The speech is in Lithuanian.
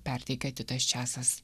perteikia titas česas